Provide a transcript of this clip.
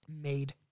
made